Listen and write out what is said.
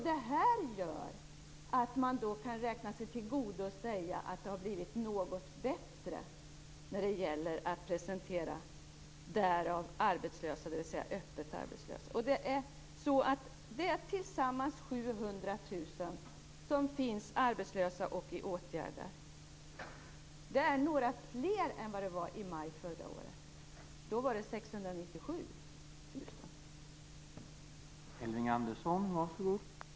Det här gör att man kan räkna sig detta till godo och säga att det har blivit något bättre när man presenterar därav arbetslösa, dvs. öppet arbetslösa. Tillsammans är det 700 000 som är arbetslösa eller finns i åtgärder. Det är några fler än i maj förra året. Då var det 697 000.